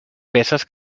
peces